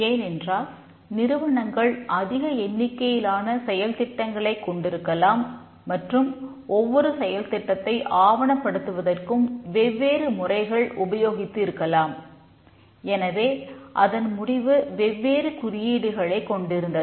ஏனென்றால் நிறுவனங்கள் அதிக எண்ணிக்கையிலான செயல்திட்டங்களைக் கொண்டிருக்கலாம் மற்றும் ஒவ்வொரு செயல்திட்டத்தை ஆவணப்படுத்துவதற்கும் வெவ்வேறு முறைகள் உபயோகித்து இருக்கலாம் எனவே அதன் முடிவு வெவ்வேறு குறியீடுகளை கொண்டிருந்தது